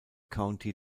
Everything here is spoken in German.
county